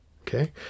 okay